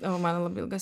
o mano labai ilgas